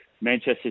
Manchester